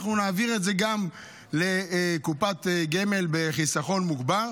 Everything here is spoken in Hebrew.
אנחנו נעביר את זה גם לקופת גמל בחיסכון מוגבר,